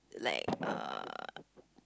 like uh